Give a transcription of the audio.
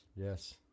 Yes